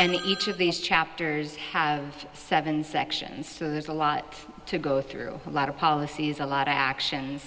and each of these chapters have seven sections so there's a lot to go through a lot of policies a lot of actions